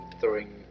throwing